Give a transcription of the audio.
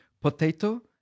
Potato